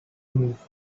move